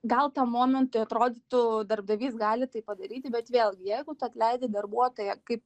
gal tam momentui atrodytų darbdavys gali tai padaryti bet vėlgi jeigu tu atleidi darbuotoją kaip